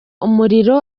umuriro